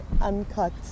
uncut